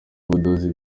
ubudozi